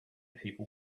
people